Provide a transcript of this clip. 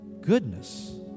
goodness